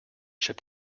chip